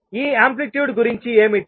ఈ యాంప్లిట్యూడ్ గురించి ఏమిటి